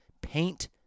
paint